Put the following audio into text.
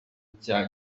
icyaha